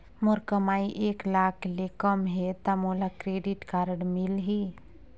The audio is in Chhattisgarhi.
मोर कमाई एक लाख ले कम है ता मोला क्रेडिट कारड मिल ही?